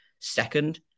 second